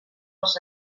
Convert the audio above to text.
els